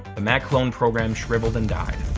the mac clone program shriveled and died.